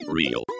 Real